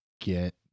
get